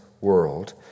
world